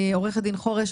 עו"ד חורש,